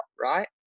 Right